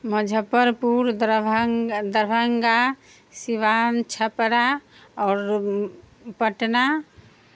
मजफ्फरपुर दरभंग दरभंगा सिवान छपरा आओर पटना